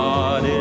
God